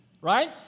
right